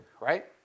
right